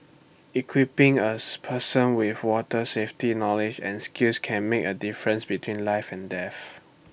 equipping A person with water safety knowledge and skills can make A difference between life and death